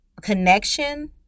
connection